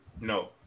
No